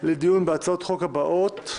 לדיון בהצעות חוק הבאות: